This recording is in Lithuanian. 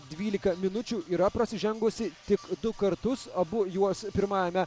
dvylika minučių yra prasižengusi tik du kartus abu juos pirmajame